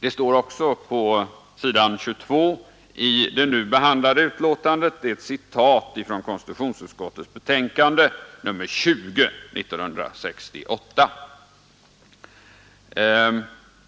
Detta står också på s. 22 i det nu behandlade betänkandet — det är ett citat ur konstitutionsutskottets utlåtande nr 20 år 1968.